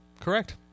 Correct